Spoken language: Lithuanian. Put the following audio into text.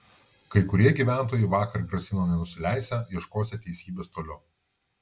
kai kurie gyventojai vakar grasino nenusileisią ieškosią teisybės toliau